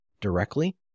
directly